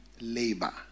labor